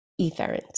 efferent